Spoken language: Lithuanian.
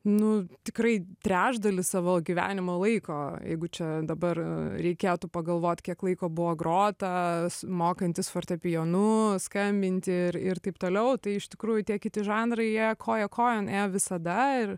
nu tikrai trečdalį savo gyvenimo laiko jeigu čia dabar reikėtų pagalvot kiek laiko buvo grota mokantis fortepijonu skambinti ir ir taip toliau tai iš tikrųjų tie kiti žanrai jie koja kojon ėjo visada ir